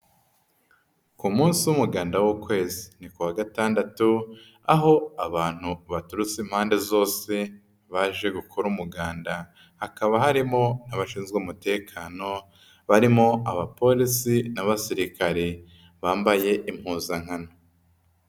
Ku munsi w'umuganda w'ukwezi ni ku wa Gatandatu aho abantu baturutse impande zose baje gukora umuganda, hakaba harimo n'abashinzwe umutekano barimo abapolisi n'abasirikare bambaye impuzankano.